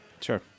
Sure